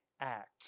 act